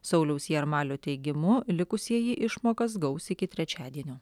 sauliaus jarmalio teigimu likusieji išmokas gaus iki trečiadienio